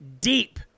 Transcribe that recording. deep